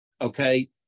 Okay